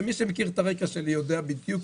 ומי שמכיר את הרקע שלי יודע בדיוק